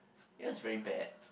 it was very bad